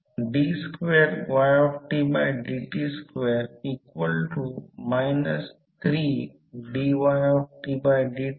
तर उत्तर आपल्याला माहित आहे की K M √ L1 L2 म्हणजे A किंवा M √ L1 L2